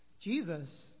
Jesus